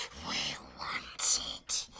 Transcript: wants it.